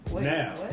Now